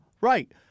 Right